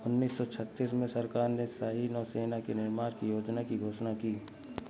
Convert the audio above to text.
उन्नीस सौ छत्तीस में सरकार ने शाही नौसेना के निर्माण की योजना की घोषणा की